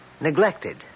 neglected